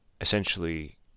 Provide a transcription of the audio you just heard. Essentially